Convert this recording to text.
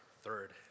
third